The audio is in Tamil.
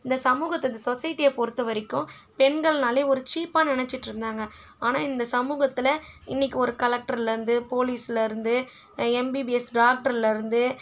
இந்த சமூகத்துக்கு இந்த சொஸைட்டியை பொறுத்த வரைக்கும் பெண்கள்னாலே ஒரு சீப்பாக நினச்சிட்ருந்தாங்க ஆனால் இந்த சமூகத்தில் இன்னைக்கு ஒரு கலெக்ட்ருலருந்து போலீஸ்லருந்து எம்பிபிஎஸ் டாக்ட்ருலருந்து